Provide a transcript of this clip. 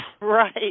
Right